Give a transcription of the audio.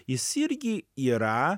jis irgi yra